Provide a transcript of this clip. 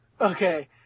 Okay